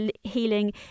Healing